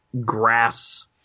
grass